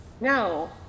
no